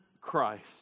Christ